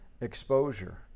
exposure